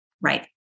Right